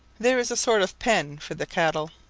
there is a sort of pen for the cattle.